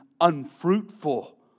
unfruitful